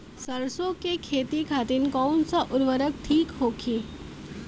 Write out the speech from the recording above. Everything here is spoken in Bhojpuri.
सरसो के खेती खातीन कवन सा उर्वरक थिक होखी?